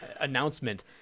announcement